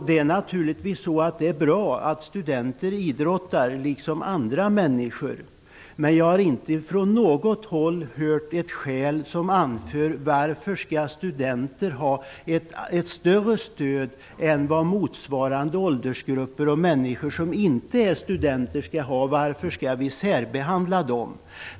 Det är naturligtvis bra att studenter liksom andra människor idrottar, men jag har inte från något håll hört ett skäl för att studenter skall ha ett större stöd än människor i motsvarande åldersgrupper som inte är studenter. Varför skall de särbehandlas?